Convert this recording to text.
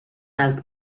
las